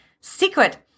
secret